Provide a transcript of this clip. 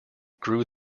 grew